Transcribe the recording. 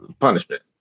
punishment